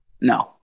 No